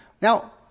Now